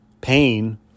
pain